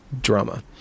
drama